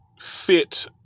fit